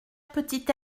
petit